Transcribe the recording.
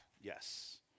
Yes